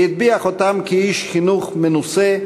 והטביע חותם כאיש חינוך מנוסה,